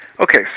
Okay